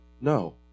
No